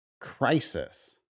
crisis